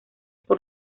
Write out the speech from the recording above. por